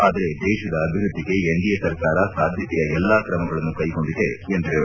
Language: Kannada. ಆದರೆ ದೇಶದ ಅಭಿವೃದ್ದಿಗೆ ಎನ್ಡಿಎ ಸರ್ಕಾರ ಸಾಧ್ಜತೆಯ ಎಲ್ಲಾ ಕ್ರಮಗಳನ್ನು ಕೈಗೊಂಡಿದೆ ಎಂದರು